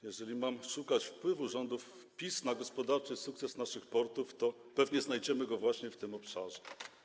Jeżeli mam szukać wpływu rządów PiS na gospodarczy sukces naszych portów, to pewnie znajdziemy go właśnie w tym obszarze.